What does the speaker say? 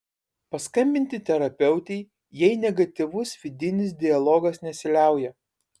paskambinti terapeutei jei negatyvus vidinis dialogas nesiliauja